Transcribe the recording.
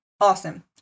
Awesome